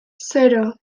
zero